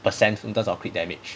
percent in terms of crit damage